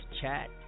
chat